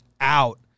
out